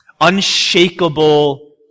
unshakable